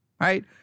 right